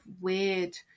weird